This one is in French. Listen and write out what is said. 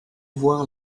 voir